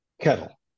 kettle